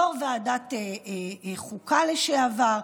יו"ר ועדת חוקה לשעבר,